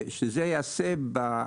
בשם צוות הוועדה ובשם חברי הכנסת,